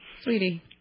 Sweetie